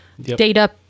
data